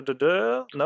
no